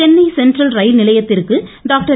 Chennai central ரயில் நிலையத்திற்கு doctor